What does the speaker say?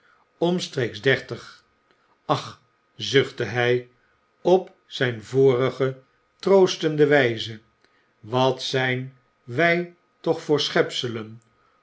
omstreeks dertig ach zuchtte hy op zyn vorige troostende wyze wat zyn wy toch voor schepselen